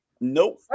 Nope